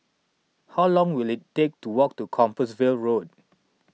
how long will it take to walk to Compassvale Road